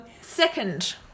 second